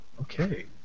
Okay